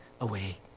away